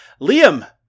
Liam